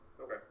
Okay